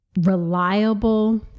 reliable